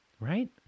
right